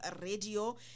radio